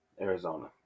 Arizona